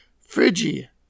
Phrygia